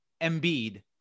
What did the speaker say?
Embiid